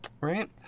right